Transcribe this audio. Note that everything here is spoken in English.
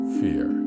fear